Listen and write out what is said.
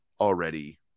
already